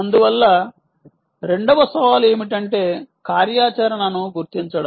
అందువల్ల రెండవ సవాలు ఏమిటంటే కార్యాచరణను గుర్తించడం